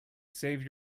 save